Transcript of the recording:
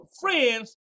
friends